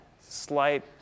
slight